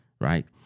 right